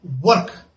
work